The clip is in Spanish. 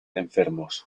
enfermos